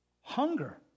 hunger